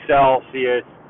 Celsius